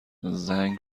زنگ